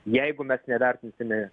jeigu mes nevertinsimi